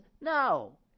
No